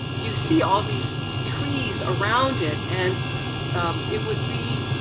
you see all these trees around it. and it would be,